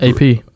AP